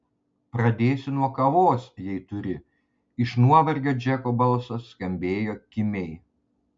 pradėsiu nuo kavos jei turi iš nuovargio džeko balsas skambėjo kimiai